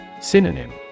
Synonym